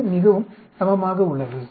இது மிகவும் சமமாக உள்ளது